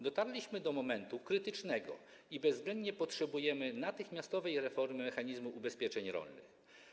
Dotarliśmy do momentu krytycznego i bezwzględnie potrzebujemy natychmiastowej reformy mechanizmu ubezpieczeń rolnych.